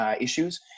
issues